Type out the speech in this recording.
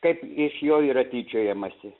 kaip iš jo yra tyčiojamasi